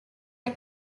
are